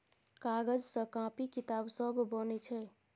कागज सँ कांपी किताब सब बनै छै